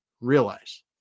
realize